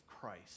Christ